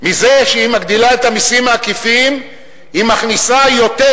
מזה שהיא מגדילה את המסים העקיפים היא מכניסה יותר,